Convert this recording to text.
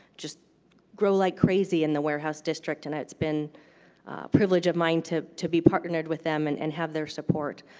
just grow like crazy in the warehouse district. and it's been a privilege of mine to to be partnered with them and and have their support.